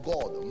God